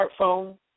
smartphone